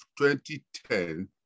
2010